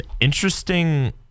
interesting